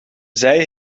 zij